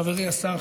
חברי השר,